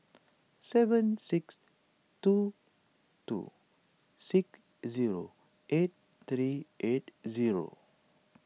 seven six two two six zero eight thirty eight zero